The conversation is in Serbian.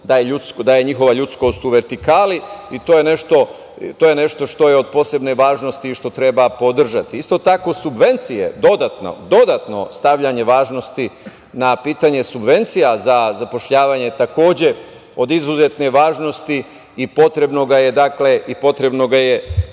da je njihova ljudskog u vertikali, i to je nešto što je od posebne važnosti i što treba podržati. Isto tako, subvencije, dodatno stavljanje važnosti na pitanje subvencija za zapošljavanje takođe je od izuzetne važnosti i potrebno ga je